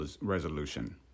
resolution